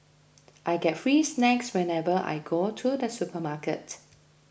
I get free snacks whenever I go to the supermarket